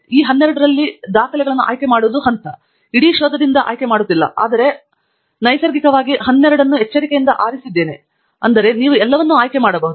ಈ 12 ರಲ್ಲಿ ದಾಖಲೆಗಳನ್ನು ಆಯ್ಕೆ ಮಾಡುವುದು ಹಂತ ನಾವು ಇಡೀ ಶೋಧದಿಂದ ಆಯ್ಕೆ ಮಾಡುತ್ತಿಲ್ಲ ಆದರೆ ಈ 12 ರಲ್ಲಿ ಆಯ್ಕೆ ಮಾಡುತ್ತಿಲ್ಲ ಆದ್ದರಿಂದ ನೈಸರ್ಗಿಕವಾಗಿ ನೀವು 12 ಅನ್ನು ಎಚ್ಚರಿಕೆಯಿಂದ ಆರಿಸಿದ್ದೀರಿ ಆದ್ದರಿಂದ ನೀವು ಎಲ್ಲವನ್ನೂ ಆಯ್ಕೆ ಮಾಡಬಹುದು